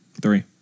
Three